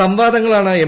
സംവാദങ്ങളാണ് M